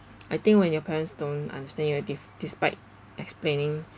I think when your parents don't understand your dif~ despite explaining